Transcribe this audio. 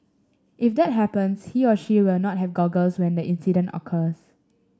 if that happens he or she will not have goggles when the incident occurs